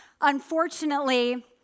unfortunately